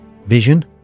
vision